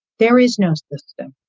there is no system.